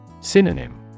Synonym